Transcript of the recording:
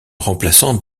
remplaçant